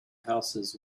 houses